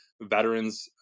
veterans